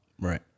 Right